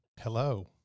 Hello